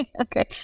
Okay